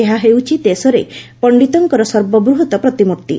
ଏହା ହେଉଛି ଦେଶରେ ପଣ୍ଡିତଙ୍କର ସର୍ବବୃହତ ପ୍ରତିମୂର୍ତ୍ତି